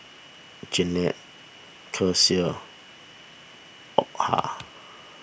Jeannette Kecia Opha